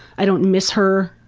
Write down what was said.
i don't miss her.